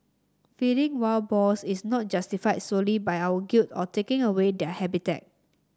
feeding wild boars is not justified solely by our guilt of taking away their habitat